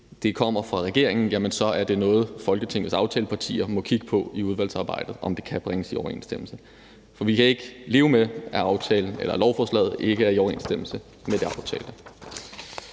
det kommer fra regeringen, er det noget, Folketingets aftalepartier må kigge på i udvalgsarbejdet, altså om det kan bringes overensstemmelse. For vi kan ikke leve med, at lovforslaget ikke er i overensstemmelse med det aftalte.